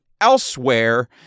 elsewhere